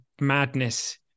madness